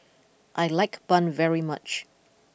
I like Bun very much